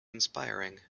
inspiring